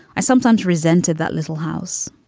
i sometimes resented that little house.